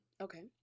okay